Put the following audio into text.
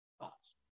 Thoughts